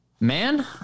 man